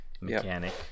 mechanic